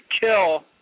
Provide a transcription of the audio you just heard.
kill